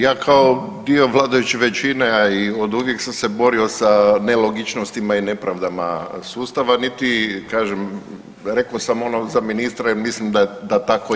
Ja kao dio vladajuće većine, a i od uvijek sam se borio sa nelogičnostima i nepravdama sustava niti, kažem rekao sam ono za ministra jer mislim da tako je.